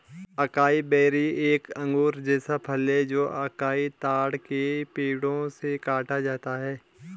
acai berry एक अंगूर जैसा फल है जो अकाई ताड़ के पेड़ों से काटा जाता है